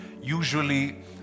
Usually